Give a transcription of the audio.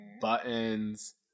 Buttons